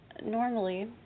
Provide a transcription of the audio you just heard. normally